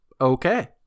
okay